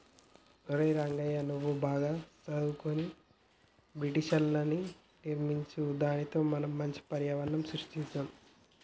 ఒరై రంగయ్య నువ్వు బాగా సదువుకొని బయోషెల్టర్ర్ని నిర్మించు దానితో మనం మంచి పర్యావరణం సృష్టించుకొందాం